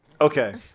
okay